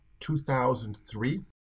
2003